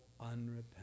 unrepentant